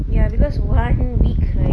ya because one week right